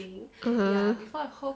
(uh huh)